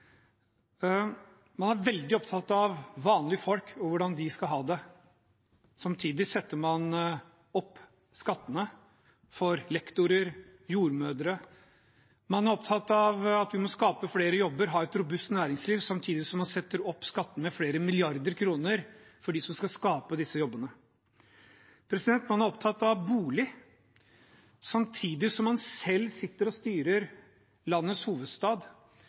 Man er veldig opptatt av vanlige folk og hvordan de skal ha det. Samtidig setter man opp skattene for lektorer og jordmødre. Man er opptatt av at vi må skape flere jobber og ha et robust næringsliv, samtidig som man setter opp skattene med flere milliarder kroner for dem som skal skape disse jobbene. Man er opptatt av bolig, samtidig som man selv sitter og styrer landets hovedstad,